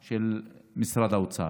של משרד האוצר.